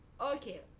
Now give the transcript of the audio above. Okay